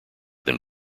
than